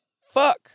fuck